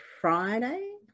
Friday